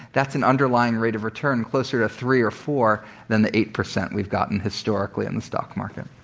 that's an underlying rate of return closer to three or four than the eight percent we've gotten historically in the stock market.